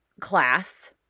class